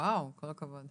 וואו, כל הכבוד.